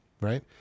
right